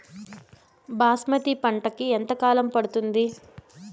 బాస్మతి పంటకు ఎంత కాలం పడుతుంది?